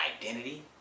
identity